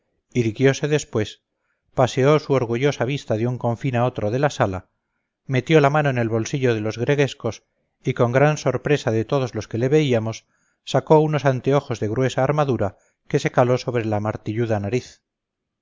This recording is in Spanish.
cortesía irguiose después paseó su orgullosa vista de un confín a otro de la sala metió la mano en el bolsillo de los gregüescos y con gran sorpresa de todos los que le veíamos sacó unos anteojos de gruesa armadura que se caló sobre la martilluda nariz